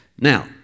Now